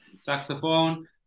saxophone